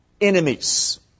enemies